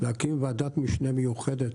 להקים ועדת משנה מיוחדת.